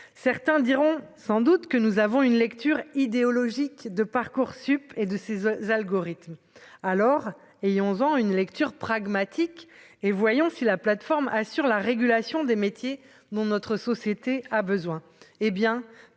certains diront sans doute que nous avons une lecture idéologique de Parcoursup et de ses algorithmes alors et 11 ans une lecture pragmatique et voyons si la plateforme assure la régulation des métiers dont notre société a besoin, hé bien,